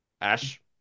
Ash